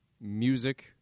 music